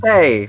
Hey